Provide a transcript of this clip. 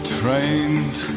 trained